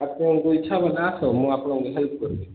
ଆପଣଙ୍କ ଇଚ୍ଛା ବୋଲେ ଆସ ମୁଁ ଆପଣଙ୍କୁ ହେଲ୍ପ କରିବି